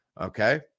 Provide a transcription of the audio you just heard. Okay